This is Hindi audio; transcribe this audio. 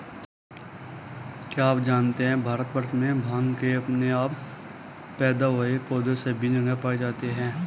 क्या आप जानते है भारतवर्ष में भांग के अपने आप पैदा हुए पौधे सभी जगह पाये जाते हैं?